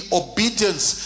obedience